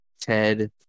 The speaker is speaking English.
ted